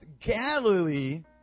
Galilee